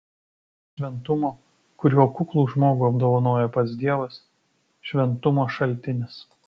šventumo kuriuo kuklų žmogų apdovanoja pats dievas šventumo šaltinis